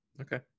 Okay